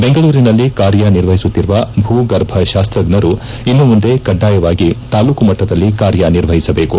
ಬೆಂಗಳೂರಿನಲ್ಲಿ ಕಾರ್ಯ ನಿರ್ವಹಿಸುತ್ತಿರುವ ಭೂಗರ್ಭ ಶಾಸ್ತಜ್ಞರು ಇನ್ನು ಮುಂದೆ ಕಡ್ಡಾಯವಾಗಿ ತಾಲ್ಲೂಕು ಮಟ್ಟದಲ್ಲಿ ಕಾರ್ಯನಿರ್ವಹಿಸಬೇಕು